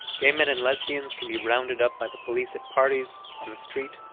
gay men and lesbians can be rounded up by the police at parties, on the street,